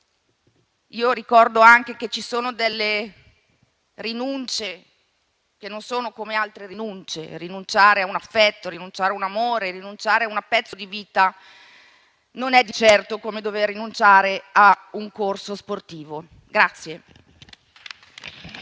e ricordo anche che le rinunce non sono tutte uguali: rinunciare a un affetto, rinunciare a un amore, rinunciare a un pezzo di vita non è di certo come dover rinunciare a un corso sportivo.